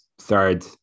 third